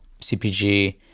CPG